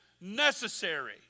necessary